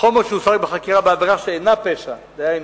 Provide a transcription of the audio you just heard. "חומר שהושג בחקירה בעבירה שאינה פשע" דהיינו,